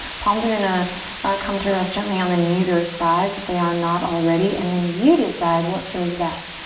palms are gonna come to rest gently on the knees or thighs if but they are not already. and then you decide what feels best.